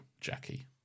Jackie